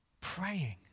praying